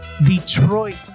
Detroit